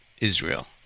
Israel